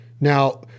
now